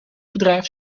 bedrijf